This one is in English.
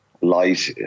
light